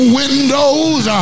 windows